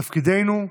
תפקידנו,